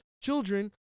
children